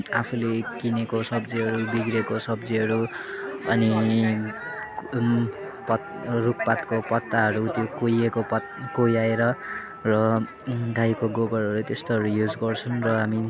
आफूले किनेको सब्जीहरू बिग्रेको सब्जीहरू अनि पत् रुख पातको पत्ताहरू त्यो कुहिएको पत् कुहाएर र गाईको गोबरहरू त्यस्तोहरू युज गर्छौँ र हामी